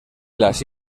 las